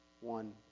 one